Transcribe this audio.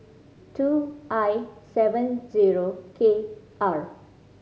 two I seven zero K R